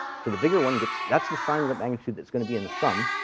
so the bigger one gets that's the sign of the magnitude that's going to be in the sum.